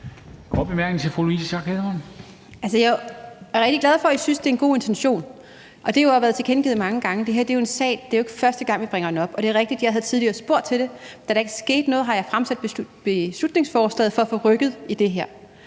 Jeg er rigtig glad for, at I synes, det er en god intention, og det har jo været tilkendegivet mange gange. Det er jo ikke første gang, vi bringer den her sag op. Det er rigtigt, at jeg tidligere har spurgt til det, og da der ikke er sket noget, har jeg fremsat beslutningsforslaget for at få rykket på det her.